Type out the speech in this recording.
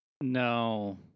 No